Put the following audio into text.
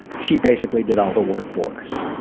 she basically did all the work for us.